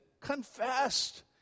confessed